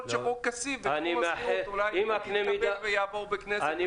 יכול להיות שחוק כסיף בתחום השכירות אולי יתקבל ויעבור בכנסת ישראל.